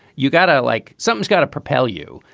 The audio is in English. you got to like something's got to propel you.